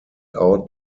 out